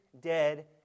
dead